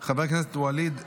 חבר הכנסת ואליד אלהואשלה.